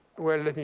well,